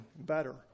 better